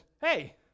hey